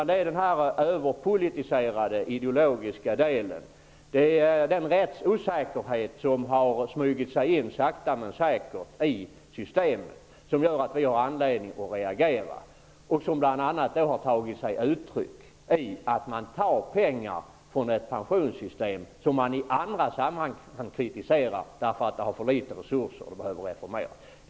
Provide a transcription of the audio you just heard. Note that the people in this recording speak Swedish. Det är den överpolitiserade ideologiska delen och den rättsosäkerhet som sakta men säkert har smugit sig in i systemet som gör att vi har anledning att reagera. Detta har bl.a. tagit sig uttryck i att man tar pengar från ett pensionssystem som man i andra sammanhang kritiserar för att det har för litet resurser och behöver reformeras.